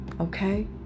Okay